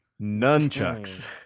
Nunchucks